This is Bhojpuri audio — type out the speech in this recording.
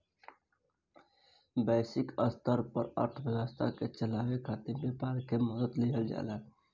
वैश्विक स्तर पर अर्थव्यवस्था के चलावे खातिर व्यापार के मदद लिहल जाला